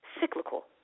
cyclical